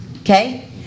okay